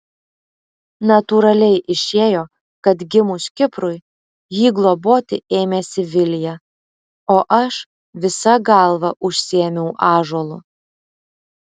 natūraliai išėjo kad gimus kiprui jį globoti ėmėsi vilija o aš visa galva užsiėmiau ąžuolu